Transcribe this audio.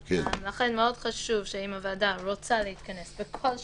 לכן חשוב שאם הוועדה רוצה להתכנס בכל שלב,